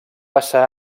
passà